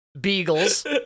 beagles